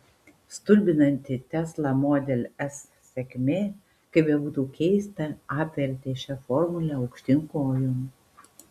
stulbinanti tesla model s sėkmė kaip bebūtų keista apvertė šią formulę aukštyn kojom